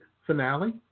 Finale